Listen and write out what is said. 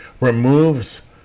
removes